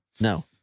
No